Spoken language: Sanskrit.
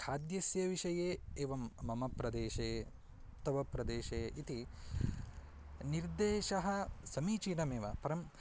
खाद्यस्य विषये एवं मम प्रदेशे तव प्रदेशे इति निर्देशः समीचीनमेव परं